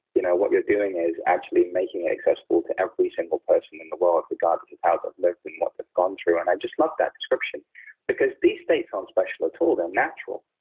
you know what you're doing is actually making it accessible to every single person in the world, regardless of how they've lived and what they've gone through. and i just love that description because these states aren't special at all, they're natural.